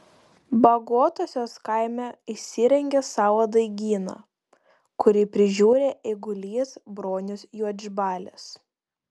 bagotosios kaime įsirengė savo daigyną kurį prižiūri eigulys bronius juodžbalis